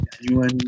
genuine